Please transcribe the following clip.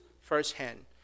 firsthand